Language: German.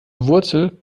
wurzel